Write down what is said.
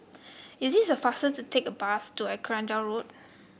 is it faster to take the bus to Arcadia Road